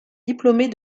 diplômée